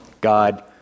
God